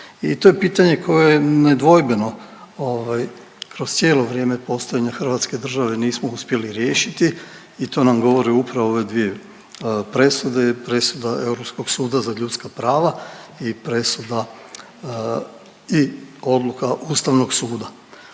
I to je pitanje koje nedvojbeno kroz cijelo vrijeme postojanja Hrvatske države nismo uspjeli riješiti i to nam govori upravo ove dvije presude, presuda Europskog suda za ljudska prava i presuda i odluka Ustavnog suda.